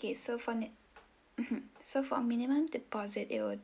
K so for so for minimum deposit it will